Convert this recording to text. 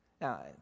now